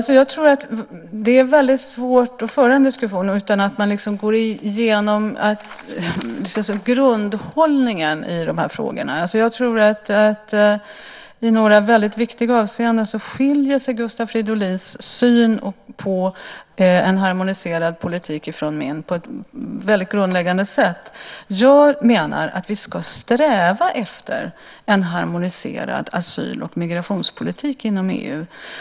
Herr talman! Det är väldigt svårt att föra en diskussion utan att man går igenom grundhållningen i de här frågorna. Jag tror att i några väldigt viktiga avseenden skiljer sig Gustav Fridolins syn på en harmoniserad politik från min. Jag menar att vi ska sträva efter en harmoniserad asyl och migrationspolitik inom EU.